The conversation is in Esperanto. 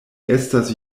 estas